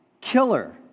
killer